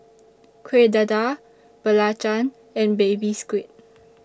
Kueh Dadar Belacan and Baby Squid